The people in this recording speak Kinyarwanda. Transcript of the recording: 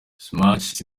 sinach